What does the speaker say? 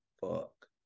fuck